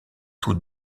tous